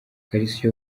kalisa